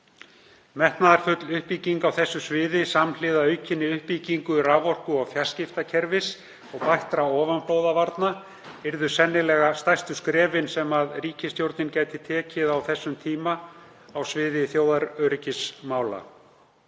Metnaðarfull uppbygging á þessu sviði samhliða aukinni uppbyggingu raforku- og fjarskiptakerfis og bættum ofanflóðavörnum yrðu sennilega stærstu skrefin sem ríkisstjórnin gæti stigið á þessum tíma á sviði þjóðaröryggismála.